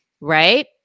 right